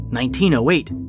1908